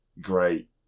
Great